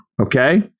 Okay